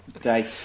day